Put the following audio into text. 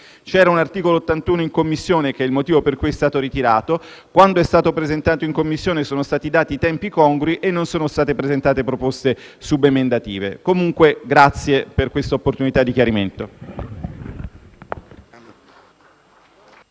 dell'articolo 81 della Costituzione, ed è il motivo per cui l'emendamento è stato ritirato; quando è stato presentato in Commissione, sono stati dati tempi congrui e non sono state presentate proposte subemendative. Comunque grazie per questa opportunità di chiarimento.